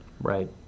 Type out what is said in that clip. Right